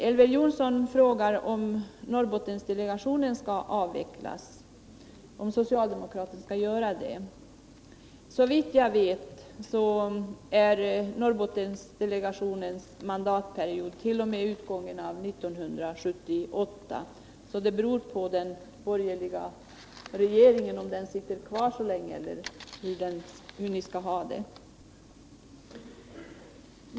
Elver Jonsson frågar om socialdemokraterna skall avveckla Norrbottendelegationen. Såvitt jag vet sträcker sig Norrbottendelegationens mandatperiod till utgången av år 1978. Det beror alltså på den borgerliga regeringen, om den sitter kvar så länge, hur man skall ha det.